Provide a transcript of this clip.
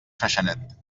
freixenet